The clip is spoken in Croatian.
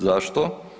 Zašto?